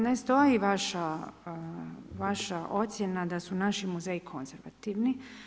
Ne stoji vaša ocjena da su naši muzeji konzervativni.